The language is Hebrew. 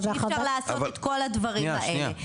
שאי אפשר לעשות את כל הדברים האלה.